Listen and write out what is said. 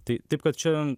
tai taip kad čia